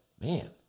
man